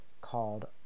called